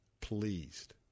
pleased